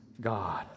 God